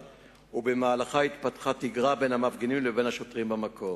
ובמהלכה התפתחה תגרה בין המפגינים לבין השוטרים במקום.